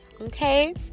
okay